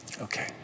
Okay